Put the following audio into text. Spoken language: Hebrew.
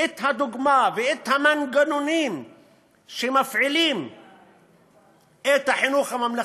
את הדוגמה ואת המנגנונים שמפעילים את החינוך הממלכתי-דתי,